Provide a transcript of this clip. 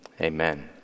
Amen